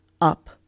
up